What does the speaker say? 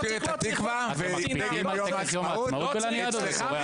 לשיר את התקווה עם דגל ביום העצמאות --- זה לא --- אלעזר,